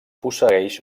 posseeix